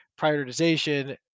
prioritization